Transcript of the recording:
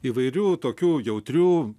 įvairių tokių jautrių